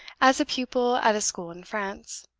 as a pupil at a school in france.